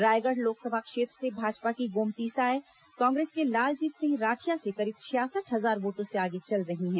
रायगढ़ लोकसभा क्षेत्र से भाजपा की गोमती साय कांग्रेस के लालजीत सिंह राठिया से करीब छियासठ हजार वोटों से आगे चल रही हैं